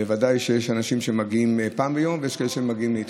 בוודאי שיש אנשים שמגיעים פעם ביום ויש כאלה שמגיעים לעיתים.